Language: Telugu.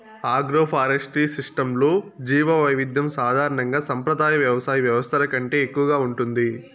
ఆగ్రోఫారెస్ట్రీ సిస్టమ్స్లో జీవవైవిధ్యం సాధారణంగా సంప్రదాయ వ్యవసాయ వ్యవస్థల కంటే ఎక్కువగా ఉంటుంది